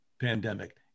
pandemic